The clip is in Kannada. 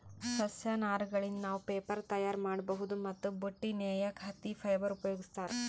ಸಸ್ಯ ನಾರಗಳಿಂದ್ ನಾವ್ ಪೇಪರ್ ತಯಾರ್ ಮಾಡ್ಬಹುದ್ ಮತ್ತ್ ಬಟ್ಟಿ ನೇಯಕ್ ಹತ್ತಿ ಫೈಬರ್ ಉಪಯೋಗಿಸ್ತಾರ್